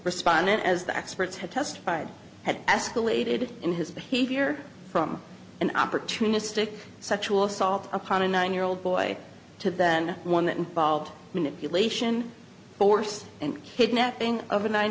respondent as the experts have testified had escalated in his behavior from an opportunistic sexual assault upon a nine year old boy to then one that involved manipulation force and kidnapping of a nine